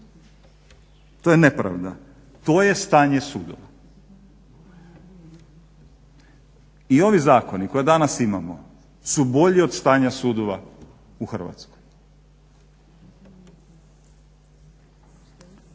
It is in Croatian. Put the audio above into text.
To je nepravda. To je stanje sudova. I ovi zakoni koje danas imamo su bolji od stanja sudova u Hrvatskoj.